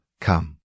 come